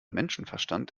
menschenverstand